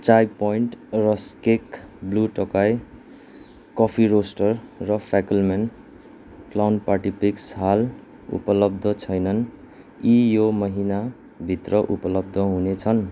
चाइ Point rusk cake Blue Tokai coffee roaster र फाकेलम्यान clown party pics हाल उपलब्ध छैनन् यी यो महिना भित्र उपलब्ध हुनेछन्